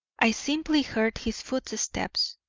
i simply heard his footsteps.